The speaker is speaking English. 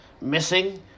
missing